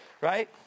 right